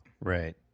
Right